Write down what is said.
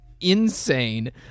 insane